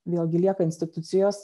vėlgi lieka institucijos